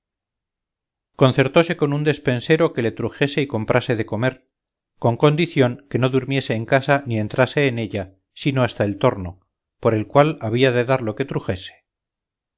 concertóse con un despensero que le trujese y comprase de comer con condición que no durmiese en casa ni entrase en ella sino hasta el torno por el cual había de dar lo que trujese